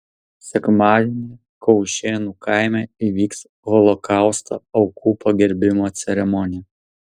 sekmadienį kaušėnų kaime įvyks holokausto aukų pagerbimo ceremonija